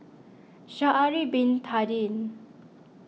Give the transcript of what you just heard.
Sha'ari Bin Tadin